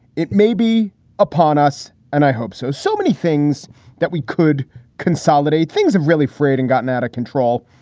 it may be upon us, and i hope so. so many things that we could consolidate. things have really frayed and gotten out of control.